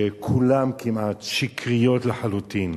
שכולן כמעט שקריות לחלוטין.